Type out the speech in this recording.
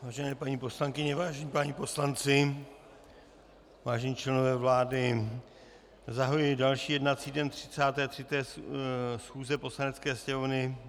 Vážené paní poslankyně, vážení páni poslanci, vážení členové vlády, zahajuji další jednací den 33. schůze Poslanecké sněmovny.